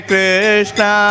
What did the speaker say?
Krishna